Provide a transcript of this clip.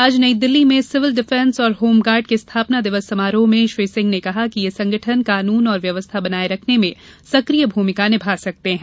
आज नई दिल्ली में civil defence और होम गार्ड के स्थापना दिवस समारोह में श्री सिंह ने कहा कि ये संगठन कानून और व्यवस्था बनाए रखने में सक्रिय भूमिका निभा सकते हैं